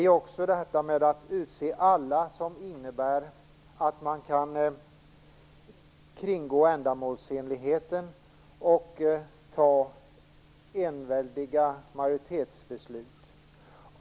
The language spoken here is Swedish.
Just detta att man utser alla innebär att man kan kringgå ändamålsenligheten och ta enväldiga majoritetsbeslut.